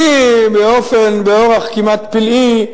והיא באורח כמעט פלאי,